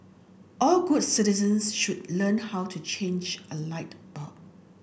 all good citizens should learn how to change a light bulb